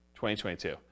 2022